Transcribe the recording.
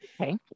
Okay